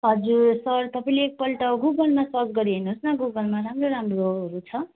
हजुर सर तपाईँले एकपल्ट गुगलमा सर्च गरिहेर्नुहोस् न गुगलमा राम्रो राम्रोहरू छ